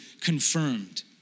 confirmed